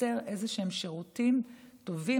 לייצר בסוף שירותים טובים,